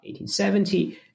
1870